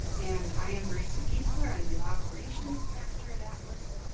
and i am marisa geisler, i'm the operations manager at atlas.